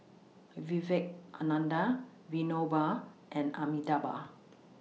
Vivekananda Vinoba and Amitabh